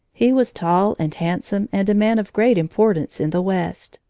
he was tall and handsome and a man of great importance in the west.